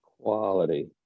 Quality